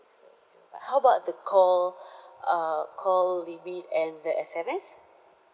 how about the call uh call limit and the S_M_S